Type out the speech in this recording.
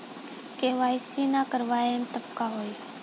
KYC ना करवाएम तब का होई?